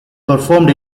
performed